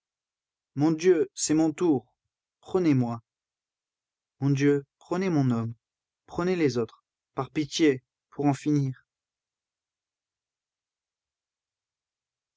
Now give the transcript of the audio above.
mon dieu c'est mon tour prenez-moi mon dieu prenez mon homme prenez les autres par pitié pour en finir